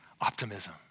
optimism